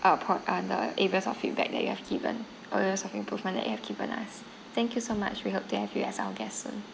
uh part uh the areas of feedback that you have given areas of improvement that you have given us thank you so much we hope that to have you as our guest soon